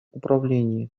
управлении